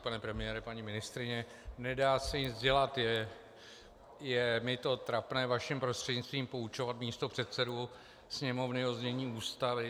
Pane premiére, paní ministryně, nedá se nic dělat, je mi to trapné vaším prostřednictvím poučovat místopředsedu Sněmovny o znění Ústavy.